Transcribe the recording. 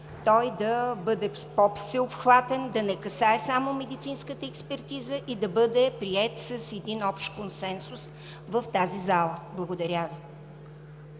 той да бъде по-всеобхватен, да не касае само медицинската експертиза и да бъде приет с един общ консенсус в тази зала. Благодаря Ви.